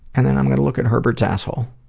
and then i'm going to look at herbert's asshole,